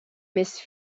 més